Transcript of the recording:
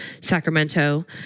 Sacramento